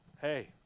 Hey